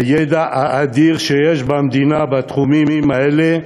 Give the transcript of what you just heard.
הידע האדיר שיש במדינה בתחומים האלה,